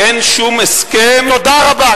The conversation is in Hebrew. אין שום הסכם, תודה רבה.